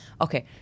Okay